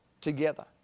together